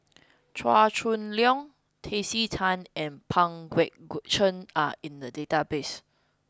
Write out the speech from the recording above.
Chua Chong Long Tracey Tan and Pang Guek Cheng are in the database